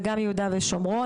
וגם יהודה ושומרון,